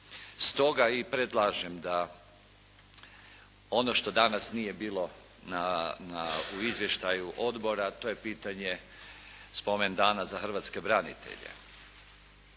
Stoga i predlažem da ono što danas nije bilo u izvještaju Odbora to je pitanje spomendana za hrvatske branitelje.